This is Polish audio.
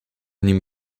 nim